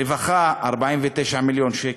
רווחה, 49 מיליון שקל,